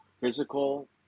physical